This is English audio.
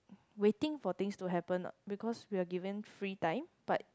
waiting for things to happen because we are given free time but